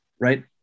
right